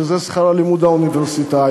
שזה שכר הלימוד האוניברסיטאי,